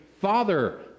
Father